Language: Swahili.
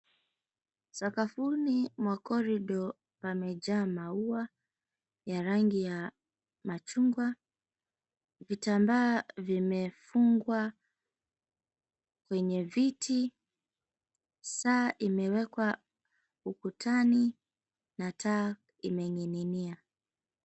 Sakafuni mwa korido pamejaa maua ya rangi ya machungwa. Vitambaa vimefungwa kwenye viti, saa imewekwa ukutani na taa imening'inia.